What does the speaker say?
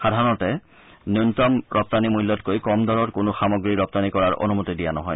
সাধাৰণতে ন্যনতম ৰপ্তানি মূল্যতকৈ কম দৰত কোনো সামগ্ৰী ৰপ্তানি কৰাৰ অনূমতি দিয়া নহয়